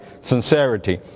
sincerity